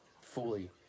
fully